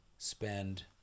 Spend